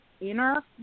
inner